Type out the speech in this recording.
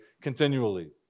continually